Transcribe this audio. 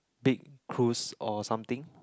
big cruise or something